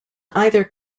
either